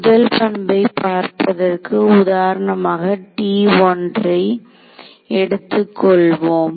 முதல் பண்பை பார்ப்பதற்கு உதாரணமாக T1 ஐ எடுத்துக்கொள்வோம்